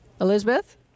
Elizabeth